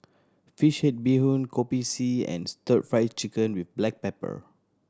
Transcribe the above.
fish head bee hoon Kopi C and Stir Fried Chicken with black pepper